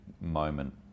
moment